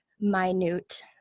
minute